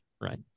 right